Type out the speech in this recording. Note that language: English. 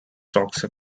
toxic